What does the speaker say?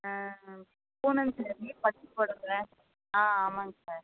பூனம் சாரீ பட்டு புடவ ஆ ஆமாம்ங்க சார்